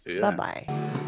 Bye-bye